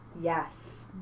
Yes